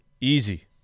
Easy